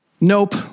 Nope